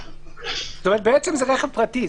בעצם זה רכב פרטי,